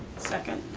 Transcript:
second.